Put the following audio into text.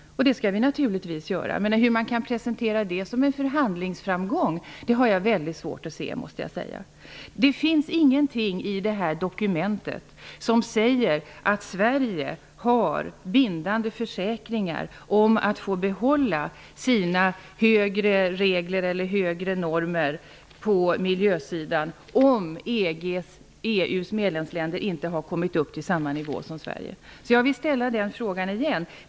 Det skall vi naturligtvis göra. Men jag har svårt att se hur detta kan presenteras som en förhandlingsframgång. Det finns ingenting i dokumentet som säger att Sverige har fått bindande försäkringar om att få behålla sina högre normer på miljösidan om EU:s medlemsländer inte har kommit upp på samma nivå som Sverige.